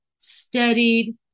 studied